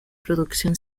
producción